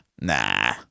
nah